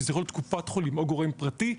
שזה קופת חולים או גורם פרטי,